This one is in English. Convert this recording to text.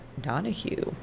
Donahue